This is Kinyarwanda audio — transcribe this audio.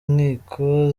nkiko